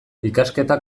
ikasketa